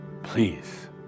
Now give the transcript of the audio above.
Please